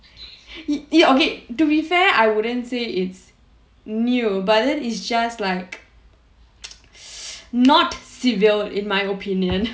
okay to be fair I wouldn't say it's new but then is just like not civil in my opinion